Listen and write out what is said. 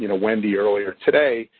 you know wendy, earlier today,